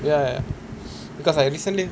ya because I recently